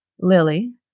Lily